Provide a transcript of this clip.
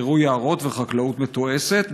בירוא יערות וחקלאות מתועשת,